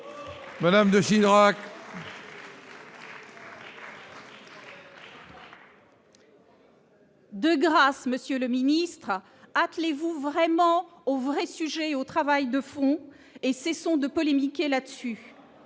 Madame de Chirac. De grâce, Monsieur le Ministre attelez-vous vraiment au vrai sujet au travail de fond et cessons de polémiquer là-dessus